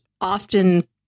often